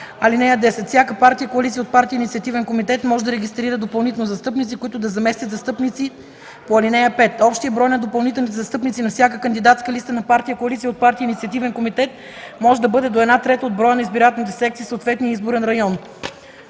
(10) Всяка партия, коалиция от партии и инициативен комитет може да регистрира допълнително застъпници, които да заместят застъпници по ал. 5. Общият брой на допълнителните застъпници на всяка кандидатска листа на партия, коалиция от партии и инициативен комитет може да бъде до една трета от броя на избирателните секции в съответния изборен район.